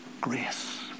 grace